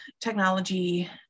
technology